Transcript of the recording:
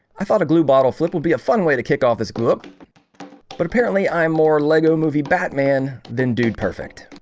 i thought a glue bottle flipped will be a fun way to kick off this glue up but apparently i'm more lego movie batman than dude. perfect